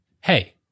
hey